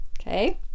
okay